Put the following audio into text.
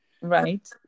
right